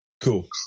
Cool